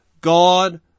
God